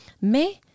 Mais